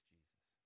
Jesus